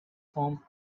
form